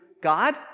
God